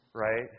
right